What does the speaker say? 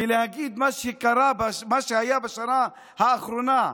ולהגיד: מה שהיה בשנה האחרונה,